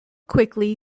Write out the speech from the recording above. quickly